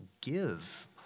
give